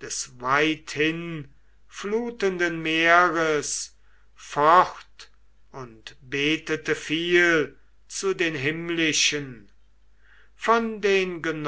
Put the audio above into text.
des weithinflutenden meeres fort und betete viel zu den himmlischen von den